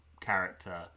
character